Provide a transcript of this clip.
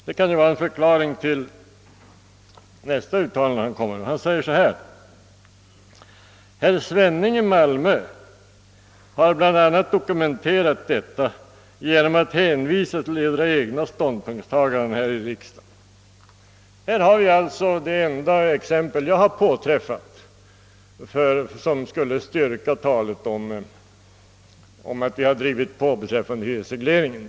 Det kan vara en förklaring till hans nästa uttalande: »Herr Svenning i Malmö har bl.a. dokumenterat detta genom att hänvisa till edra egna ståndpunktstaganden här i riksdagen.» Detta är det enda exempel jag påträffat som skulle kunna styrka talet om att vi drivit på när det gäller hyresregleringens avskaffande.